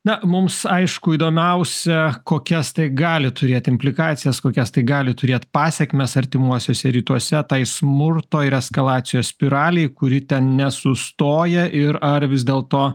na mums aišku įdomiausia kokias tai gali turėti implikacijas kokias tai gali turėt pasekmes artimuosiuose rytuose tai smurto ir eskalacijos spiralei kuri ten nesustoja ir ar vis dėlto